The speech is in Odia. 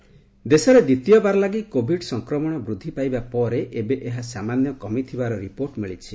କୋବିଡ ଷ୍ଟାଟସ୍ ଦେଶରେ ଦ୍ୱିତୀୟବାର ଲାଗି କୋବିଡ୍ ସଂକ୍ରମଣ ବୃଦ୍ଧି ପାଇବା ପରେ ଏବେ ଏହା ସାମାନ୍ୟ କମିଥିବାର ରିପୋର୍ଟ ମିଳିଛି